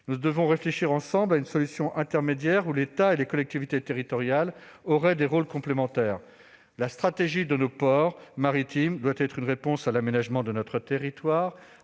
Nous devons réfléchir ensemble à une solution intermédiaire où l'État et les collectivités territoriales auraient des rôles complémentaires. La stratégie de nos ports maritimes participe de l'aménagement de notre territoire,